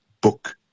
book